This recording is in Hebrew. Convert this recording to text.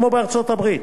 כמו בארצות-הברית,